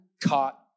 caught